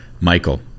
Michael